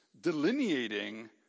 delineating